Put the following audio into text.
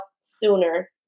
sooner